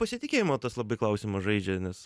pasitikėjimo tas labai klausimą žaidžia nes